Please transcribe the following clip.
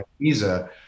visa